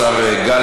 תודה לשר גלנט.